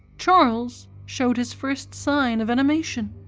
charles shewed his first sign of animation.